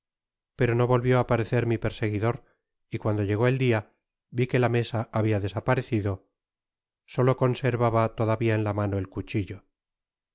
pero no volvió á aparecer mi perseguidor y cuando llegó el dia vi que la mesa tiabia desaparecido solo conservaba todavia en la mano el cuchillo